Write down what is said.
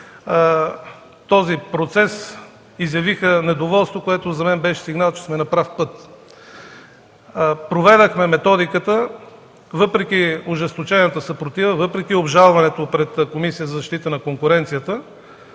този процес, изявиха недоволство, което за мен беше сигнал, че сме на прав път. Проведохме методиката, въпреки ожесточената съпротива, въпреки обжалването пред Комисията за защита на конкуренцията,